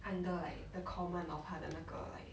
under like the command of 他的那个